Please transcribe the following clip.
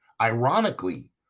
ironically